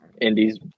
Indy's